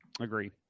agree